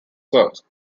serbs